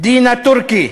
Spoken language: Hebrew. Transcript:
דינא תורכי,